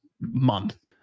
month